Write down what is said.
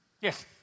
Yes